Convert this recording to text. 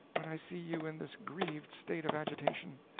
when i see you in this grieved state of agitation.